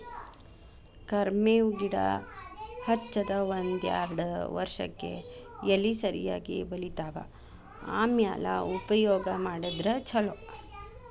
ಕರ್ಮೇವ್ ಗಿಡಾ ಹಚ್ಚದ ಒಂದ್ಯಾರ್ಡ್ ವರ್ಷಕ್ಕೆ ಎಲಿ ಸರಿಯಾಗಿ ಬಲಿತಾವ ಆಮ್ಯಾಲ ಉಪಯೋಗ ಮಾಡಿದ್ರ ಛಲೋ